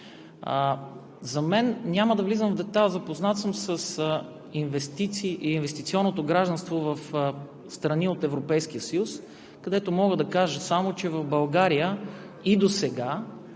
днес. Няма да влизам в детайли, запознат съм с инвестиционното гражданство в страни от Европейския съюз, за което мога да кажа само, че в България и досега,